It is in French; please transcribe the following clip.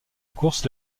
course